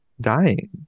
Dying